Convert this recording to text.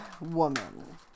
woman